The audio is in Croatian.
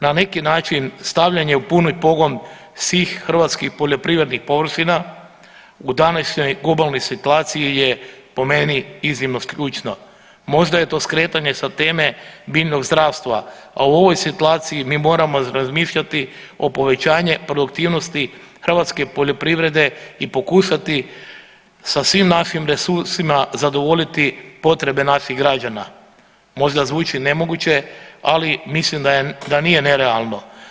Na neki način stavljanje u puni pogon svih hrvatskih poljoprivrednih površina u današnjoj globalnoj situaciji je po meni iznimno ključno, možda je to skretanje sa teme biljnog zdravstva, a u ovoj situaciji mi moramo razmišljati o povećanju produktivnosti hrvatske poljoprivrede i pokušati sa svim našim resursima zadovoljiti potrebe naših građana, možda zvuči nemoguće, ali mislim da nije nerealno.